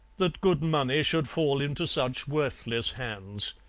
that good money should fall into such worthless hands.